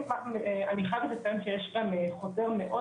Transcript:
אני חייבת לציין שיש גם חוזר מאוד